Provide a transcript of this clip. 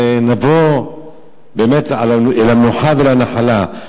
ונבוא באמת אל המנוחה ואל הנחלה.